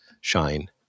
shine